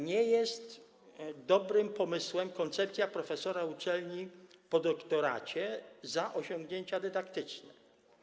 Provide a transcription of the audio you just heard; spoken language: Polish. Nie jest dobrym pomysłem koncepcja profesora uczelni po doktoracie za osiągnięcia dydaktyczne.